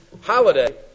holiday